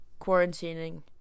quarantining